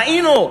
ראינו.